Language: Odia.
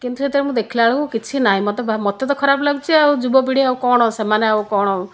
କିନ୍ତୁ ସେତେବେଳେ ମୁଁ ଦେଖିଲା ବେଳକୁ କିଛି ନାଇଁ ମତେ ବା ମୋତେ ତ ଖରାପ ଲାଗୁଛି ଆଉ ଯୁବପିଢ଼ୀ ଆଉ କ'ଣ ସେମାନେ ଆଉ କ'ଣ